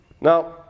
Now